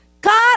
God